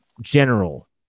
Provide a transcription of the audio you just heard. general